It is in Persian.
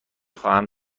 خواهم